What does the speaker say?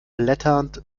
blätternd